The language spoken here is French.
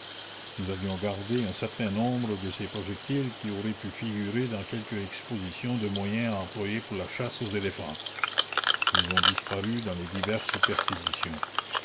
nous avions gardé un certain nombre de ces projectiles qui auraient pu figurer dans quelque exposition de moyens à employer pour la chasse aux éléphants ils ont disparu dans les diverses perquisitions